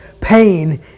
pain